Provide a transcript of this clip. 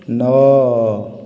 ନଅ